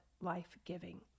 life-giving